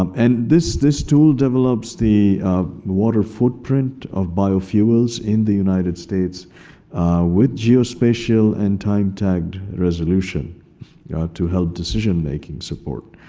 um and this this tool develops the water footprint of biofuels in the united states with geospatial and time-tagged resolution to help decision making support.